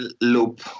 loop